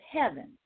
heaven